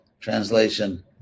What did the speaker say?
translation